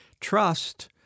trust